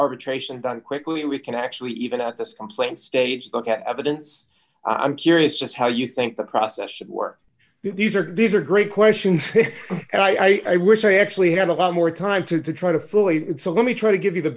arbitration done quickly we can actually even at this complaint states look at evidence i'm curious just how you think the process should work these are these are great questions and i wish i actually had a lot more time to to try to fully it's a let me try to give you the